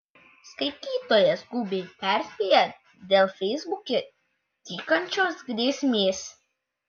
skaitytoja skubiai perspėja dėl feisbuke tykančios grėsmės